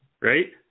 Right